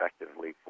effectively